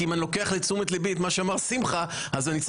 כי אם אני לוקח לתשומת ליבי את מה שאמר שמחה,